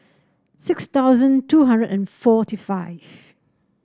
six thousand two hundred and forty five